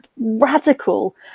radical